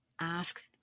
ask